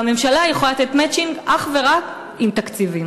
והממשלה יכולה לתת מצ'ינג אך ורק עם תקציבים.